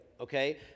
okay